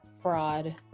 Fraud